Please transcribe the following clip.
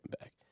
back